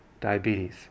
diabetes